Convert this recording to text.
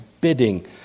bidding